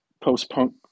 post-punk